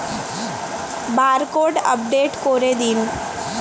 Barcode update করে দিন?